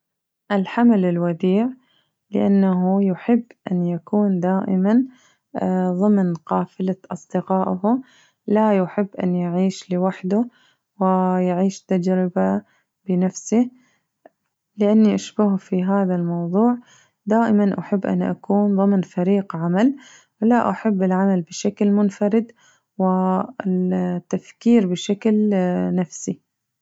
الحمل الوديع لأنه يحب أن يكون دائماً ضمن قافلة أصدقائه لا يحب أن يعيش لوحده ويعيش تجربه بنفسه لأنني أشبهه في هذا الموضوع دائماً أحب أن أكون ضمن فريق عمل ولا أحب العمل بشكل منفرد والتفكير بشكل نفسي.